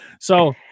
so-